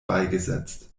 beigesetzt